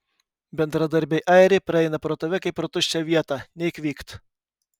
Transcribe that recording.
bendradarbiai airiai praeina pro tave kaip pro tuščią vietą nei kvykt